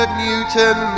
newton